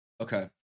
Okay